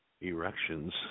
erections